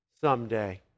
someday